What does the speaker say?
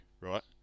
right